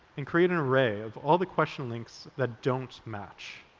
and create an array of all the question links that don't match.